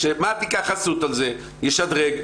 אז שמה"ט ייקח חסות על זה, ישדרג.